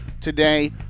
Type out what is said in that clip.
today